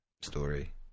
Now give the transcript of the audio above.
story